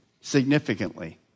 significantly